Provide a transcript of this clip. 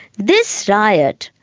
this riot,